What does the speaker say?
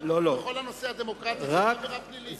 בכל הנושא הדמוקרטי זה לא עבירה פלילית?